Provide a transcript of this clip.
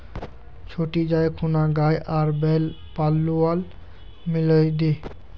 छोटी जाइ खूना गाय आर बैल लाक पुआल मिलइ दे